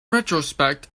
retrospect